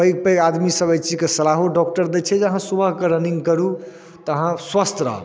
पैघ पैघ आदमीसब एहि चीजके सलाहो डाक्टर दै छै जे अहाँ सुबहके रनिङ्ग करू तऽ अहाँ स्वस्थ रहब